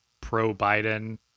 pro-Biden